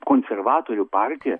konservatorių partija